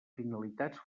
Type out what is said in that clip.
finalitats